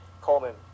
Coleman